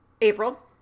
april